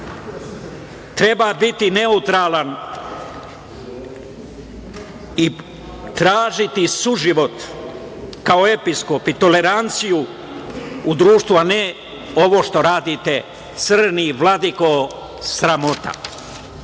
treba biti neutralan i tražiti suživot, kao episkop, i toleranciju u društvu, a ne ovo što radite. Crni vladiko, sramota.I